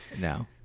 No